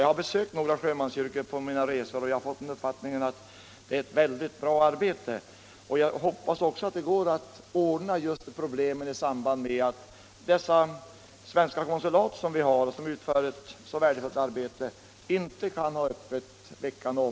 Jag har besökt några sjömanskyrkor på mina resor, och jag har fått den uppfattningen att de utför ett mycket bra arbete. Jag hoppas också att det skall bli möjligt att lösa de problem som uppstår på grund av att svenska konsulat, som utför ett värdefullt arbete, inte kan ha öppet veckan runt.